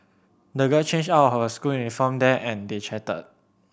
the girl changed out of her school uniform there and they chatted